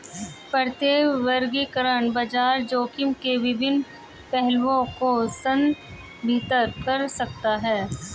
प्रत्येक वर्गीकरण बाजार जोखिम के विभिन्न पहलुओं को संदर्भित कर सकता है